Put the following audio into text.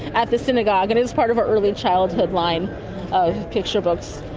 at the synagogue, and it's part of our early childhood line of picture books.